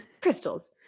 Crystals